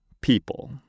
people